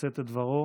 לשאת את דברו.